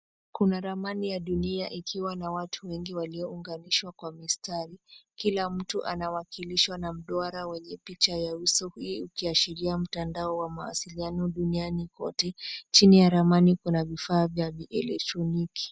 Kuna ramani ya dunia ikiwa na watu wengi waliounganishwa kwa mistari. Kila mtu anawakilishwa na mduara wenye picha ya uso, hii ikiashiria mtandao wa mawasiliano duniani kote. Chini ya ramani kuna vifaa vya vielekroniki.